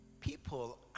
People